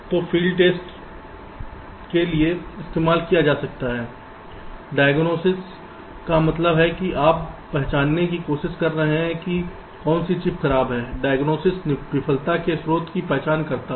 तो field test के लिए इस्तेमाल किया जा सकता है डायग्नोसिस का मतलब है कि आप पहचानने की कोशिश कर रहे हैं कि कौन सी चिप खराब है डायग्नोसिस विफलता के स्रोत की पहचान करना है